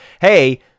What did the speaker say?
hey